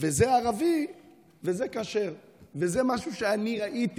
וזה ערבי וזה כשר, וזה משהו שאני ראיתי